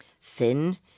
thin